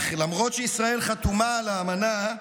אך למרות שישראל חתומה על האמנה,